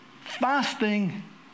fasting